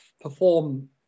perform